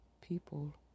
people